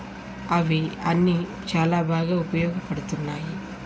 అవి అన్నీ చాలా బాగా ఉపయోగపడుతున్నాయి